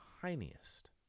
tiniest